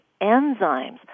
enzymes